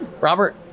robert